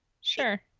sure